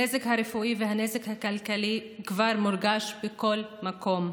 הנזק הרפואי והנזק הכלכלי כבר מורגשים בכל מקום.